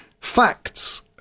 facts